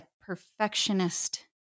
perfectionist